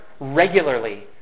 regularly